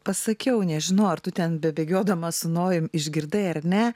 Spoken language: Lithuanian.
pasakiau nežinau ar tu ten bebėgiodama su nojum išgirdai ar ne